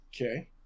Okay